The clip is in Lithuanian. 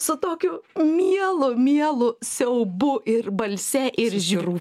su tokiu mielu mielu siaubu ir balse ir žiauriu